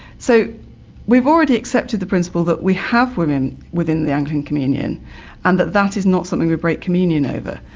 so we've already accepted the principle that we have women within the anglican communion and that that is not something we break communion over.